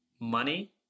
money